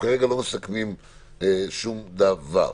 כרגע אנחנו לא מסכמים שום דבר.